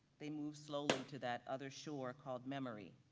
they move slowly to that other shore called memory.